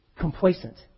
complacent